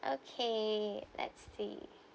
okay let's see